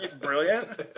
Brilliant